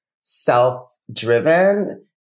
self-driven